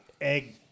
egg